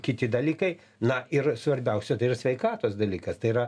kiti dalykai na ir svarbiausia tai yra sveikatos dalykas tai yra